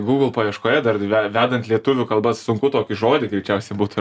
google paieškoje dar vedant lietuvių kalba sunku tokį žodį greičiausiai būtų